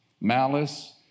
malice